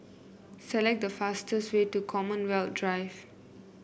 select the fastest way to Commonwealth Drive